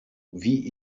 wie